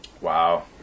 Wow